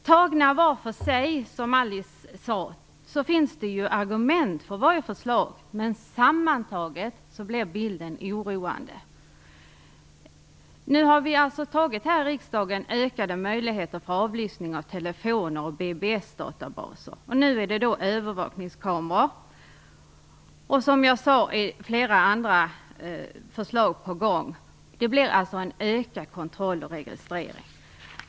Tagna var för sig - som Alice Åström sade - finns det argument för varje förslag, men sammantaget blir bilden oroande. Riksdagen har beslutat om ökade möjligheter till avlyssning av telefoner och BBS-databaser, och nu är det fråga om övervakningskameror. Flera andra förslag är, som jag sagt, också på gång. Det blir alltså en ökad kontroll och registrering.